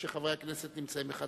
ושחברי הכנסת נמצאים בחדריהם.